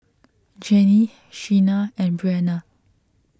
Jenni Sheena and Breanna